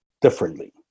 differently